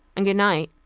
and goodnight,